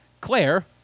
Claire